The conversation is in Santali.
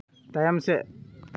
ᱛᱟᱭᱚᱢ ᱥᱮᱫ